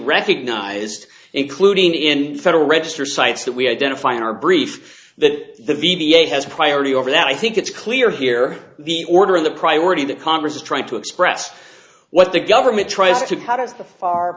recognized including in federal register sites that we identify in our brief that the v a has priority over that i think it's clear here the order of the priority that congress is trying to express what the government tries to